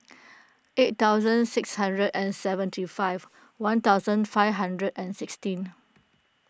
eight thousand six hundred and seventy five one thousand five hundred and sixteen